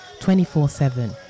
24-7